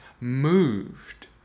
moved